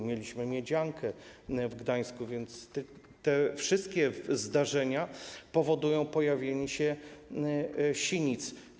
Mieliśmy Miedziankę w Gdańsku, więc te wszystkie zdarzenia powodują pojawienie się sinic.